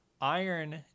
iron